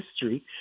history